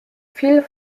viel